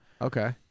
Okay